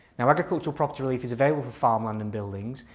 now agricultural property relief is available for farm land and buildings.